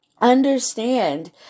understand